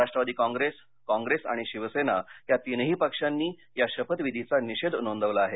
Rashtrawadi Congress Congress आणि शिवसेना या तीनही पक्षांनी या शपथविधीचा निषेध नोंदवला आहे